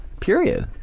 period.